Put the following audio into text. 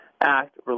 Act